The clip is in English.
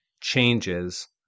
changes